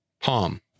Palm